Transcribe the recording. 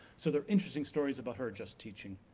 so, there are interesting stories about her just teaching